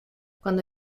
cuando